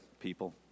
people